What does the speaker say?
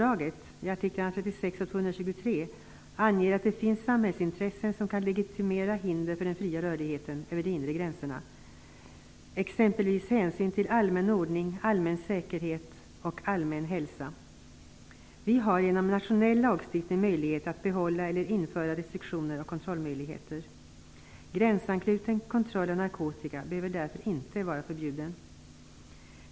Artiklarna 36 och 223 i Romfördraget anger att det finns samhällsintressen som kan legitimera hinder för den fria rörligheten över de inre gränser, t.ex. hänsyn till allmän ordning, allmän säkerhet och allmän hälsa. Vi har genom en nationell lagstiftning möjlighet att behålla eller införa restriktioner och kontrollmöjligheter. Gränsanknuten kontroll av narkotika behöver därför inte vara förbjuden.